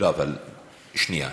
שנייה.